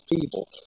people